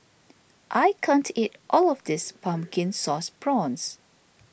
I can't eat all of this Pumpkin Sauce Prawns